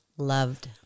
loved